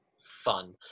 fun